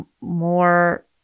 more